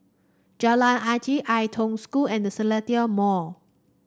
Jalan Jati Ai Tong School and The Seletar Mall